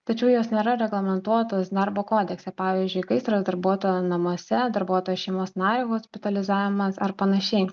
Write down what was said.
tačiau jos nėra reglamentuotos darbo kodekse pavyzdžiui gaisras darbuotojo namuose darbuotojo šeimos nario hospitalizavimas ar panašiai